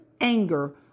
anger